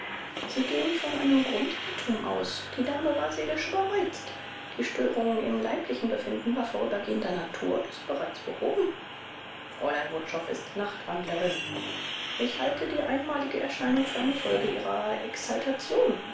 sie gehen von einem grundirrtum aus die dame war seelisch überreizt die störung im leiblichen befinden war vorübergehender natur und ist bereits behoben fräulein wutschow ist nachtwandlerin ich halte die einmalige erscheinung für eine folge ihrer